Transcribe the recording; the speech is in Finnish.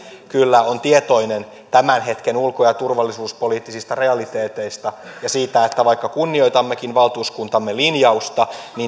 kyllä on tietoinen tämän hetken ulko ja ja turvallisuuspoliittisista realiteeteista ja siitä että vaikka kunnioitammekin valtuuskuntamme linjausta